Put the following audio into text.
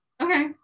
Okay